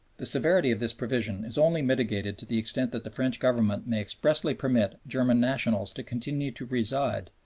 the severity of this provision is only mitigated to the extent that the french government may expressly permit german nationals to continue to reside,